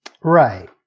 Right